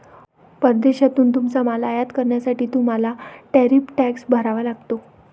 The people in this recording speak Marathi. परदेशातून तुमचा माल आयात करण्यासाठी तुम्हाला टॅरिफ टॅक्स भरावा लागतो